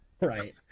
Right